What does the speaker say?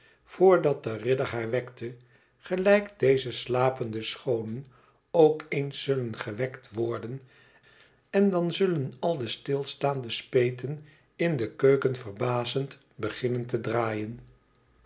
voordat de ridder haar wekte gelijk deze slapende schoonen ook eens zullen gewekt worden en dan zullen al de stilstaande speten in de keuken verbazend beginnen te draaien